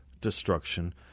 destruction